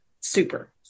super